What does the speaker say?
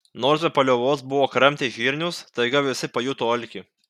nors be paliovos buvo kramtę žirnius staiga visi pajuto alkį